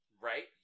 right